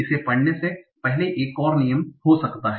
इसे पढ़ने से पहले एक और नियम भी हो सकता है